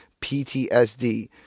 PTSD